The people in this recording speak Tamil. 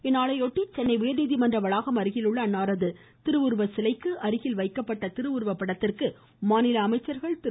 இந்நாளையொட்டி சென்னை உயர்நீதிமன்ற வளாகம் அருகில் உள்ள அன்னாரது திருவுருவ சிலைக்கு அருகில் வைக்கப்பட்டுள்ள திருவுருப்படத்திற்கு மாநில அமைச்சர்கள் திரு